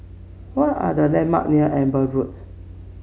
what are the landmark near Amber Road